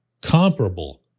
comparable